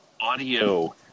audio